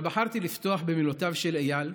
אבל בחרתי לפתוח במילותיו של איל,